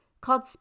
called